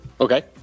Okay